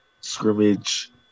scrimmage